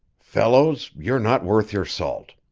fellows, you're not worth your salt.